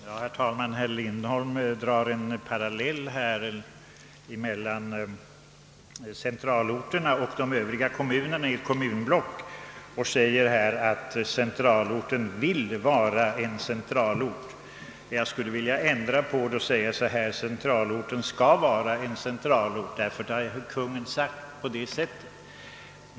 Herr talman! Herr Lindholm drog en parallell mellan centralorterna och övriga kommuner i ett kommunblock och sade att centralorten önskar vara centralort. Jag vill ändra på det och säga att centralorten skall vara centralort — det har ju Kungl. Maj:t bestämt.